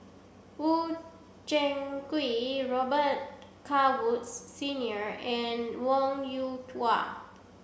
Woo Zheng Quee Robet Carr Woods Senior and Wong Yoon Wah